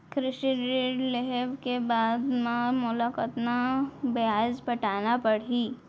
कृषि ऋण लेहे के बाद म मोला कतना ब्याज पटाना पड़ही?